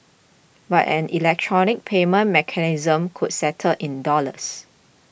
but an electronic payment mechanism could settle in dollars